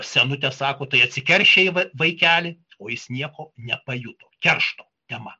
senutė sako tai atsikeršijai vai vaikeli o jis nieko nepajuto keršto tema